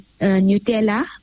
Nutella